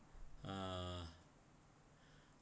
uh